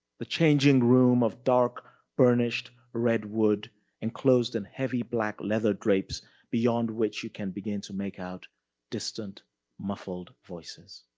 the changing room of dark burnished red wood enclosed in heavy black leather drapes beyond which you can begin to make out distant muffled voices.